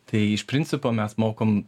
tai iš principo mes mokom